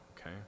okay